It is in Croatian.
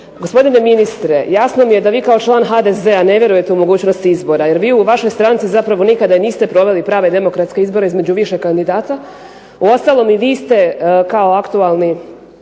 Gospodine ministre jasno mi je da vi kao član HDZ-a ne vjerujete u mogućnost izbora jer vi u vašoj stranci zapravo nikada niste proveli prave demokratske izbore između više kandidata. Uostalom i vi ste kao aktualni,